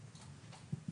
מה זה משנה.